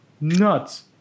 Nuts